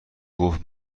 گفت